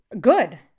Good